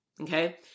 okay